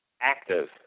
active